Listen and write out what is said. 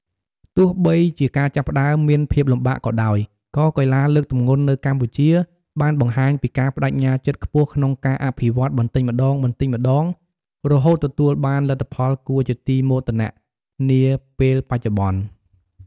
ទោះបីជាការចាប់ផ្តើមមានភាពលំបាកក៏ដោយ ក៏កីឡាលើកទម្ងន់នៅកម្ពុជាបានបង្ហាញពីការប្តេជ្ញាចិត្តខ្ពស់ក្នុងការអភិវឌ្ឍន៍បន្តិចម្តងៗរហូតទទួលបានលទ្ធផលគួរជាទីមោទនៈនាពេលបច្ចុប្បន្ន។